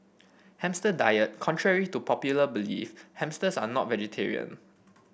hamster diet Contrary to popular belief hamsters are not vegetarian